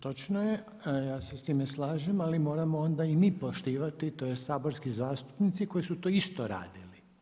Točno je, ja se sa time slažem ali moramo onda i mi poštivati tj. saborski zastupnici koji su to isto radili.